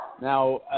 Now